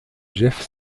jeff